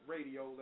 Radio